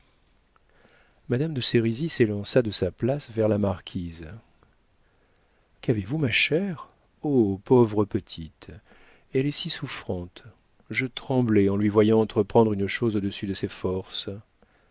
madame de sérizy s'élança de sa place vers la marquise qu'avez-vous ma chère oh pauvre petite elle est si souffrante je tremblais en lui voyant entreprendre une chose au-dessus de ses forces